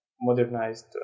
modernized